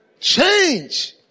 change